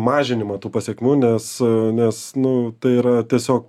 mažinimą tų pasekmių nes nes nu tai yra tiesiog